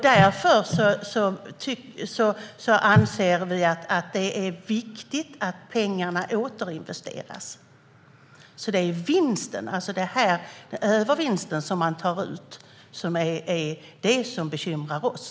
Därför anser vi att det är viktigt att pengarna återinvesteras. Det är alltså den övervinst man tar ut som bekymrar oss.